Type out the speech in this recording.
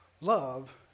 Love